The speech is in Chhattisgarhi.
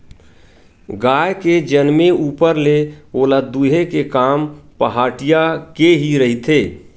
गाय के जनमे ऊपर ले ओला दूहे के काम पहाटिया के ही रहिथे